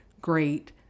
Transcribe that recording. great